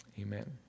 Amen